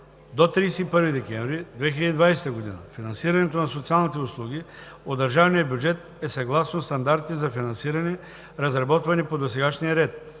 До 31 декември 2020 г. финансирането на социалните услуги от държавния бюджет е съгласно стандартите за финансиране, разработвани по досегашния ред.